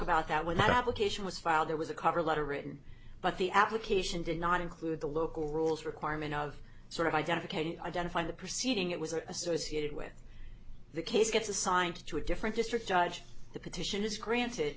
about that when that obligation was filed there was a cover letter written but the application did not include the local rules requirement of sort of identification identifying the proceeding it was associated with the case gets assigned to a different district judge the petition is granted